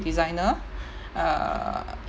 designer err